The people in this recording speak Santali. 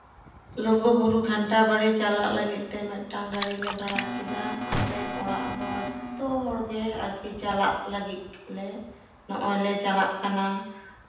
ᱞᱩᱜᱩᱼᱵᱩᱨᱩ ᱜᱷᱟᱱᱴᱟ ᱵᱟᱲᱮ ᱪᱟᱞᱟᱜ ᱞᱟᱹᱜᱤᱫ ᱛᱮ ᱢᱤᱫᱴᱟᱱ ᱜᱟᱹᱰᱤᱞᱮ ᱵᱷᱟᱲᱟ ᱠᱮᱫᱟ ᱟᱞᱮ ᱚᱲᱟᱜ ᱦᱚᱲ ᱡᱷᱚᱛᱚ ᱦᱚᱲᱜᱮ ᱟᱨᱠᱤ ᱪᱟᱞᱟᱜ ᱞᱟᱹᱜᱤᱫ ᱞᱮ ᱱᱚᱜᱼᱚᱭ ᱞᱮ ᱪᱟᱞᱟᱜ ᱠᱟᱱᱟ